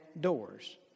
doors